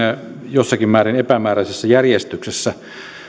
jossakin määrin epämääräisessä järjestyksessä